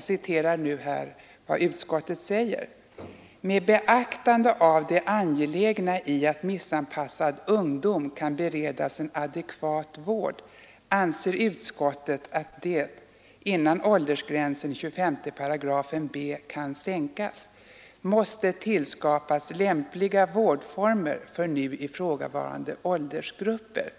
citerar jag här vad utskottet säger att ”med beaktande av det angelägna i att missanpassad ungdom kan beredas en adekvat vård anser utskottet att det, innan åldersgränsen i 25 § b kan sänkas, måste tillskapas lämpliga vårdformer för nu ifrågavarande åldersgrupper.